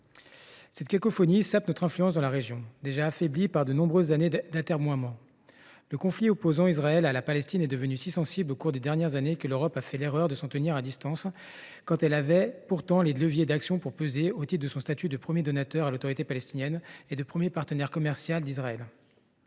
Cette cacophonie sape notre influence dans la région, déjà affaiblie par de nombreuses années d’atermoiements. Le conflit opposant Israël à la Palestine est devenu si sensible au cours des dernières années que l’Europe a fait l’erreur de s’en tenir à distance, quand elle avait pourtant des leviers d’action pour peser, au titre de son statut de premier donateur à l’Autorité palestinienne et de premier partenaire commercial d’Israël.